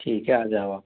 ठीक है आ जाओ आप